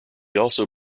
also